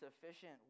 sufficient